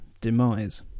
demise